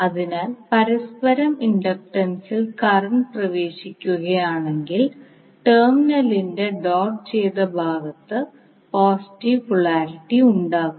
അതിനാൽ പരസ്പരം ഇൻഡക്റ്റൻസിൽ കറന്റ് പ്രവേശിക്കുകയാണെങ്കിൽ ടെർമിനലിന്റെ ഡോട്ട് ചെയ്ത ഭാഗത്ത് പോസിറ്റീവ് പോളാരിറ്റി ഉണ്ടാകും